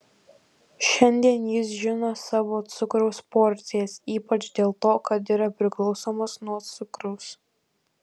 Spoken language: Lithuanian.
šiandien jis žino savo cukraus porcijas ypač dėl to kad yra priklausomas nuo cukraus